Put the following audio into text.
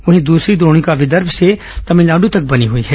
वहीं दूसरी द्रोणिकॉ विदर्भ से तमिलनाडु तक बनी हुई है